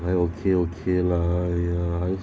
还 okay okay lah !aiya!